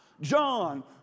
John